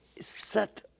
set